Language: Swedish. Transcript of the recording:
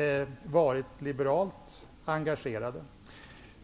dessa varit liberalt engagerade.